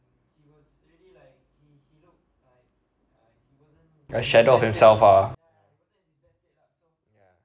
like shadow of himself ah